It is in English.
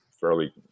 fairly